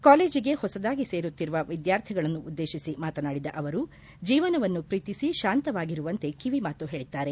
ಕಾಲೇಜಿಗೆ ಸೊಸದಾಗಿ ಸೇರುತ್ತಿರುವ ವಿದ್ಯಾರ್ಥಿಳನ್ನು ಉದ್ದೇಶಿಸಿ ಮಾತನಾಡಿದ ಅವರು ಜೀವನವನ್ನು ಪ್ರೀತಿಸಿ ಶಾಂತವಾಗಿರುವಂತೆ ಕಿವಿ ಮಾತು ಹೇಳಿದ್ದಾರೆ